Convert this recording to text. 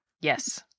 Yes